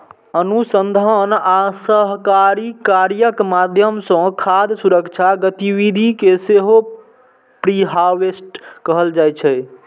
अनुसंधान आ सहकारी कार्यक माध्यम सं खाद्य सुरक्षा गतिविधि कें सेहो प्रीहार्वेस्ट कहल जाइ छै